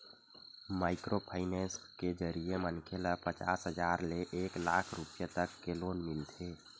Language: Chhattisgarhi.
माइक्रो फाइनेंस के जरिए मनखे ल पचास हजार ले एक लाख रूपिया तक के लोन मिलथे